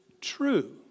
true